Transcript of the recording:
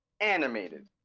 animated